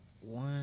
One